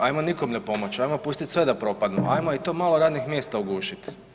Ajmo nikom ne pomoć, ajmo pustit sve da propadnu, ajmo i to malo radnih mjesta ugušit.